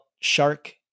shark